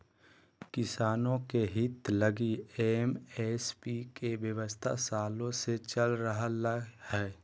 किसानों के हित लगी एम.एस.पी के व्यवस्था सालों से चल रह लय हें